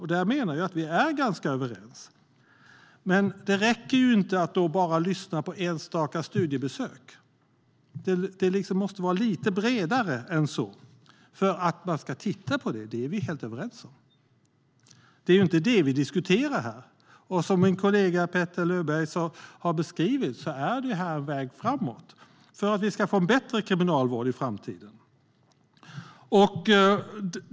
Här menar jag att vi är ganska överens. Men det räcker inte att lyssna på enstaka studiebesök. Det måste vara bredare än så. Att man ska titta på det är vi helt överens om. Det är inte det vi diskuterar. Som min kollega Petter Löberg har beskrivit är detta en väg framåt för att vi ska få en bättre kriminalvård i framtiden.